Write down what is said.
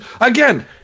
again